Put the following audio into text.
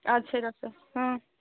اَدٕ سا ڈاکٹر صٲب